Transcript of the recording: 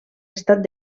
estat